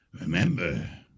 remember